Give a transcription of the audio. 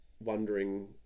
wondering